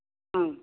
होम